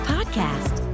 Podcast